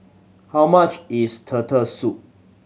how much is Turtle Soup